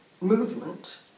movement